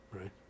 Right